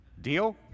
Deal